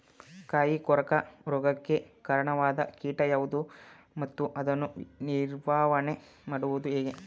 ಕಾಯಿ ಕೊರಕ ರೋಗಕ್ಕೆ ಕಾರಣವಾದ ಕೀಟ ಯಾವುದು ಮತ್ತು ಅದನ್ನು ನಿವಾರಣೆ ಮಾಡುವುದು ಹೇಗೆ?